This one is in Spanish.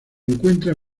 encuentra